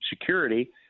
security